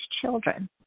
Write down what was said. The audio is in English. children